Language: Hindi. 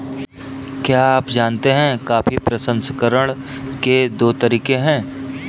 क्या आप जानते है कॉफी प्रसंस्करण के दो तरीके है?